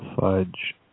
fudge